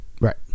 Right